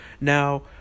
now